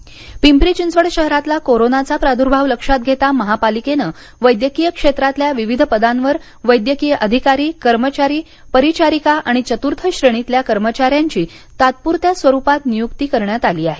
Covid भत्ता पिंपरी चिंचवड शहरातला कोरोनाचा प्रादुर्भाव लक्षात घेता महापालिकेने वैद्यकीय क्षेत्रातल्या विविध पदांवर वैद्यकीय अधिकारी कर्मचारी परिचारिका आणि चत्र्थ श्रेणीतल्या कर्मचाऱ्यांची तात्पूरत्या स्वरुपात नियूक्ती करण्यात आली आहे